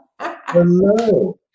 Hello